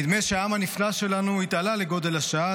נדמה שהעם הנפלא שלנו התעלה לגודל השעה,